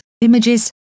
images